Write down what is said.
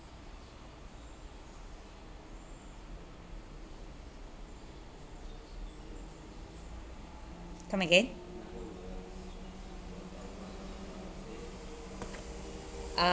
come again